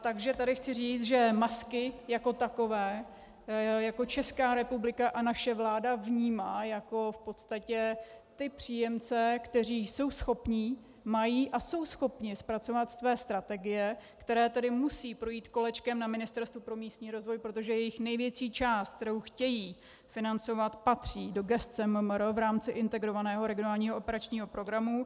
Takže tady chci říct, že masky jako takové jako Česká republika a naše vláda vnímá jako v podstatě ty příjemce, kteří jsou schopní, mají a jsou schopni zpracovat své strategie, které tedy musí projít kolečkem na Ministerstvu pro místní rozvoj, protože jejich největší část, kterou chtějí financovat, patří do gesce MMR v rámci Integrovaného regionálního operačního programu.